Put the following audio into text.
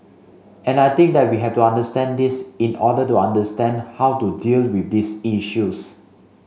and I think that we have to understand this in order to understand how to deal with these issues